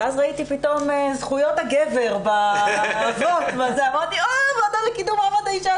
פתאום ראיתי זכויות הגבר בוועדה לקידום מעמד האישה,